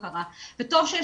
אז קודם כל,